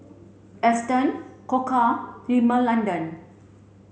Astons Koka Rimmel London